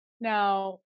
now